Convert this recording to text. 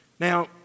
Now